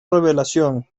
revelación